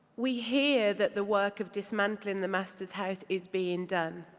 we hear that the work of dismantling the master's house is being done.